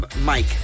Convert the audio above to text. Mike